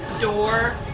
door